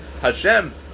HaShem